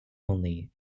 only